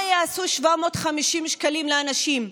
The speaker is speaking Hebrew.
מה יעשו 750 שקלים לאנשים?